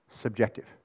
subjective